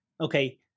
okay